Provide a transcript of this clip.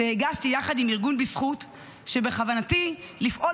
שהגשתי יחד עם ארגון בזכות ובכוונתי לפעול